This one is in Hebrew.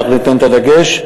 אנחנו ניתן את הדגש,